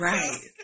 Right